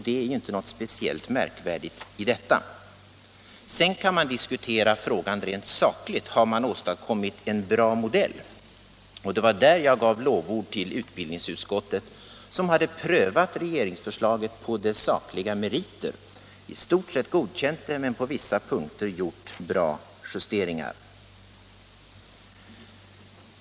Det är inget speciellt märkvärdigt i det. Sedan kan frågan diskuteras rent sakligt. Har man åstadkommit en bra modell? Det var där jag gav lovord till utbildningsutskottet, som prövat regeringsförslaget på dess sakliga meriter, i stort sett godkänt det och på vissa punkter gjort bra justeringar.